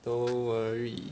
don't worry